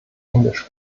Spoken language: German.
englisch